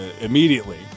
immediately